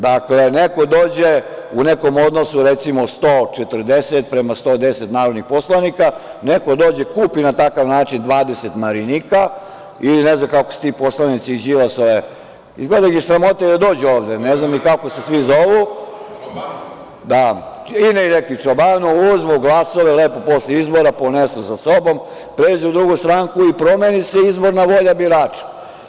Dakle, neko dođe u nekom odnosu, recimo, 140 prema 110 narodnih poslanika, neko dođe kupi na takav način 20 Marinika, ili ne znam kako se ti poslanici Đilasove, izgleda da ih je sramota da dođu ovde, ne znam ni kako se svi zovu, uzmu glasove lepo posle izbora, ponesu sa sobom, pređu u drugu stranku i promeni se izborna volja birača.